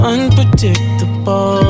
Unpredictable